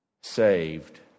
saved